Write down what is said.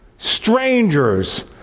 strangers